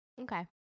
Okay